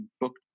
booked